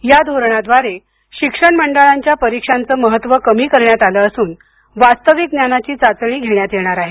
या धोरणाद्वारे शिक्षण मंडळांच्या परीक्षांचं महत्त्व कमी करण्यात आलं असून वास्तविक ज्ञानाची चाचणी घेण्यात येणार आहे